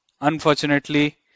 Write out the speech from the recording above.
Unfortunately